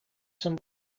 some